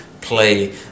Play